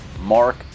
Mark